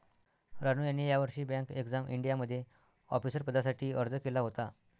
रानू यांनी यावर्षी bank exam इंडियामध्ये ऑफिसर पदासाठी अर्ज केला होता